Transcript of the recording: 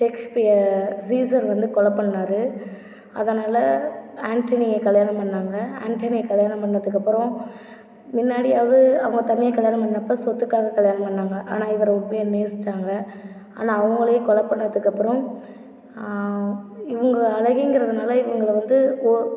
Shakespeare Caesar வந்து கொலைப் பண்ணினாரு அதனால் ஆண்டனிய கல்யாணம் பண்ணிணாங்க ஆண்டனிய கல்யாணம் பண்ணதுக்கு அப்புறம் முன்னாடி அதாவது அவங்க தம்பியை கல்யாணம் பண்ணிணப்ப சொத்துக்காக கல்யாணம் பண்ணிணாங்க ஆனால் இவரை உண்மையாக நேசிச்சாங்கள் ஆனால் அவங்களே கொலைப் பண்ணதுக்கு அப்புறம் இவங்க அழகிங்கிறதுனால் இவங்களை வந்து ஒ